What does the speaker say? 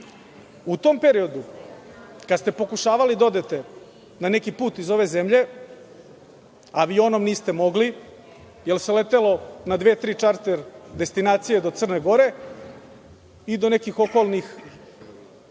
U tom periodu kada ste pokušavali da odete na neki put iz ove zemlje, avionom niste mogli jer se letelo na dve-tri čarter destinacije do Crne Gore i do nekih okolnih